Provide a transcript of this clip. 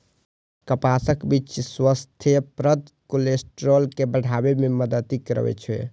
कपासक बीच स्वास्थ्यप्रद कोलेस्ट्रॉल के बढ़ाबै मे मदति करै छै